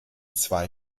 zwei